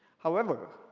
however,